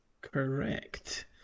Correct